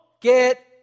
get